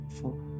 four